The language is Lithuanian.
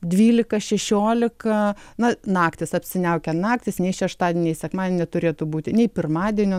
dvylika šešiolika na naktys apsiniaukę naktys nei šeštadienį nei sekmadienį neturėtų būti nei pirmadienio